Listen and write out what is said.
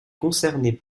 concernées